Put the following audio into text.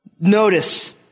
Notice